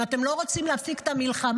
אם אתם לא רוצים להפסיק את המלחמה,